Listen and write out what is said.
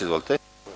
Izvolite.